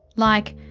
like.